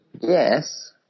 Yes